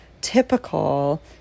typical